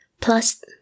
plus